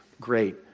great